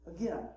Again